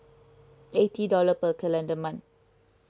eighty dollar per calendar month